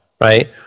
right